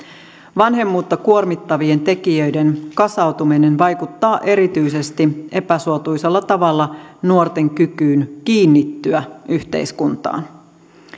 vanhemmuutta kuormittavien tekijöiden kasautuminen vaikuttaa erityisesti epäsuotuisalla tavalla nuorten kykyyn kiinnittyä yhteiskuntaan